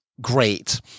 great